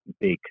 big